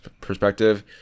perspective